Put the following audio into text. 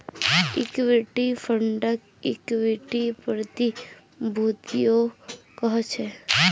equity फंडक equity प्रतिभूतियो कह छेक